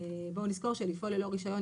בואו נזכור שלפעול ללא רישיון,